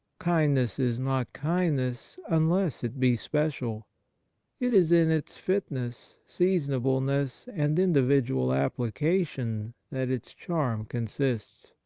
kindness is not kindness unless it be special it is in its fitness, seasonableness, and individual application, that its charm consists.